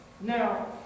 Now